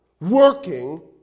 working